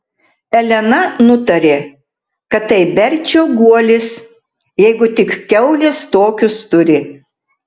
elena nutarė kad tai berčio guolis jeigu tik kiaulės tokius turi